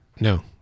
No